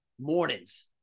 mornings